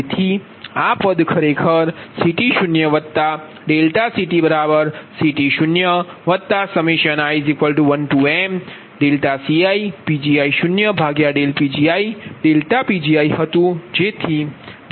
તેથી આ પદ ખરેખર CT0∆CTCT0i1mCiPgi0Pgi∆Pgi હતું